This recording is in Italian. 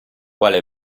quale